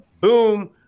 Boom